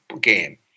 game